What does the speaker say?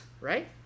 right